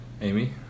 Amy